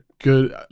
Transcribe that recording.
good